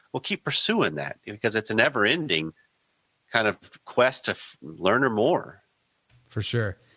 well keep pursuing that because that's a never ending kind of quest of learning more for sure.